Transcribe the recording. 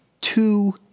two